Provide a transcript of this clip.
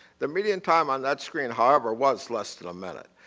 the median time on that screen however was less than a minute.